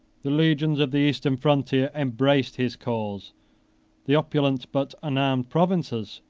the legions of the eastern frontier embraced his cause the opulent but unarmed provinces,